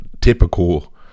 typical